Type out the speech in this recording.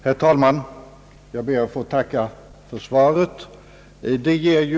Herr talman! Jag ber att få tacka statsrådet Edenman för svaret på min fråga.